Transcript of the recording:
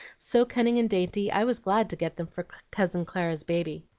so cunning and dainty, i was glad to get them for cousin clara's baby.